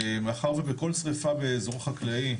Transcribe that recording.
מאחר ובכל שריפה באזור חקלאי,